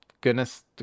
Goodness